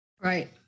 Right